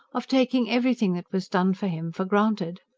of taking everything that was done for him for granted.